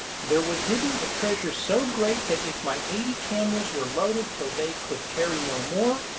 there was hidden a treasure so great that if my eighty camels were loaded till they could carry no more,